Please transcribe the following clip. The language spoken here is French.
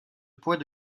points